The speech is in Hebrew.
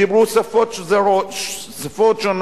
דיברו שפות זרות שונות,